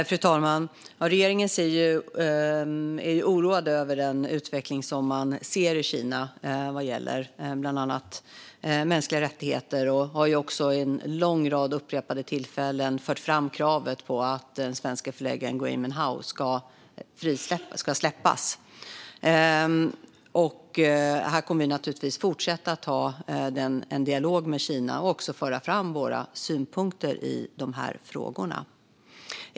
Fru talman! Ja, regeringen är oroad över den utveckling som vi ser i Kina vad gäller bland annat mänskliga rättigheter. Sverige har också vid en lång rad tillfällen fört fram kravet att den svenske förläggaren Gui Minhai ska släppas. Vi kommer naturligtvis att fortsätta föra en dialog med Kina och föra fram våra synpunkter i de här frågorna.